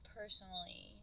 personally